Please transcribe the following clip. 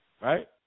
right